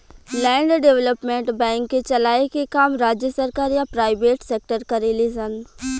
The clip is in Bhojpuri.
लैंड डेवलपमेंट बैंक के चलाए के काम राज्य सरकार या प्राइवेट सेक्टर करेले सन